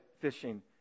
fishing